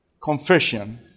confession